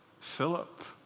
Philip